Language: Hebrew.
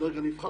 הדרג הנבחר,